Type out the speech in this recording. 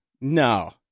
No